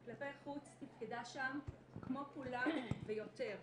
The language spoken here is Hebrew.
כלפי חוץ תפקדה שם כמו כולם ויותר.